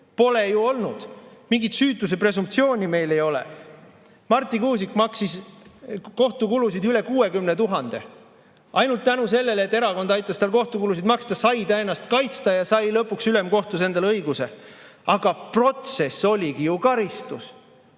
Pole ju olnud! Mingit süütuse presumptsiooni meil ei ole. Marti Kuusik maksis kohtukulusid üle 60 000. Ainult tänu sellele, et erakond aitas tal kohtukulusid maksta, sai ta ennast kaitsta ja sai lõpuks ülemkohtus endale õiguse. Aga protsess oligi ju karistus.